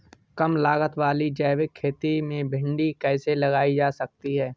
कम लागत वाली जैविक खेती में भिंडी कैसे लगाई जा सकती है?